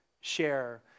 share